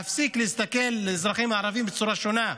להפסיק להסתכל על האזרחים הערבים בצורה שונה.